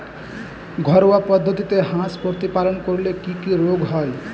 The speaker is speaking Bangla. ঘরোয়া পদ্ধতিতে হাঁস প্রতিপালন করলে কি কি রোগ হয়?